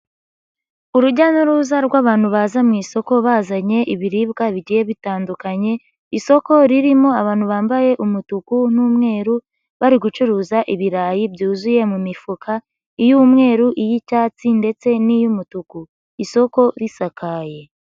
Urujya n'uruza rw'abantu baza mu isoko bazanye ibiribwa bigiye bitandukanye, isoko ririmo abantu bambaye umutuku n'umweru bari gucuruza ibirayi byuzuye mu mifuka, iy'umweru, iy'icyatsi ndetse n'iy'umutuku. Isoko risakaye.